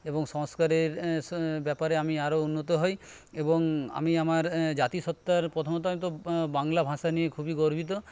এবং সংস্কারের ব্যাপারে আমি আরও উন্নত হই এবং আমি আমার জাতিসত্তার প্রথমত বাংলা ভাষা নিয়ে খুবই গর্বিত